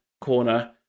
corner